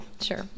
sure